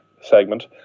segment